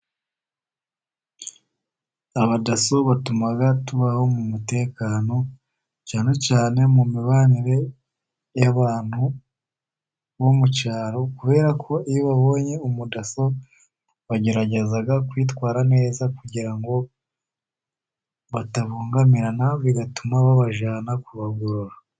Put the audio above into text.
Abadaso batuma tubaho mu mutekano cyane cyane mu mibanire y'abantu bo mu cyaro, kubera ko iyo babonye umudaso bagerageza kwitwara neza kugira ngo batabangamirana bigatuma babajyana kubagorora.